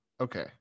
Okay